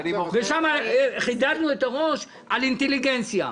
ושם חידדנו את הראש על אינטליגנציה,